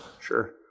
Sure